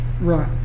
Right